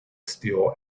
still